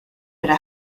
era